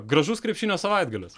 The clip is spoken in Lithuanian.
gražus krepšinio savaitgalis